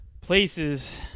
places